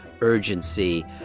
urgency